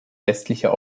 westlicher